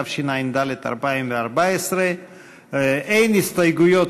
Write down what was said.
התשע"ד 2014. אין הסתייגויות,